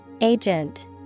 Agent